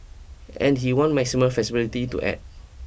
and he wants maximum flexibility to act